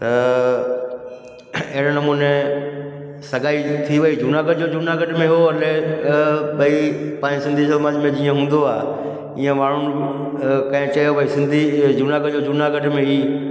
त अहिड़े नमूने सगाई थी वई जूनागढ़ जो जूनागढ़ में उहो भई पंहिंजे सिंधी समाज में जीअं हूंदो आहे इहे माण्हुनि कंहिं चयो भई सिंधी जूनागढ़ जो जूनागढ़ में ई